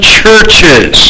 churches